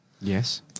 yes